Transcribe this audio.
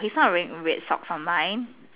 he's not wearing red socks on mine